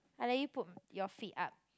I let you put your feet up